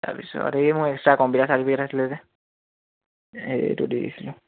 তাৰপিছত এই মোৰ এক্সট্ৰা কম্পিউটাৰ চাৰ্টিফিকেট আছিলে যে সেইটো দি দিছিলোঁ